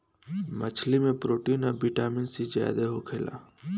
मछली में प्रोटीन आ विटामिन सी ज्यादे होखेला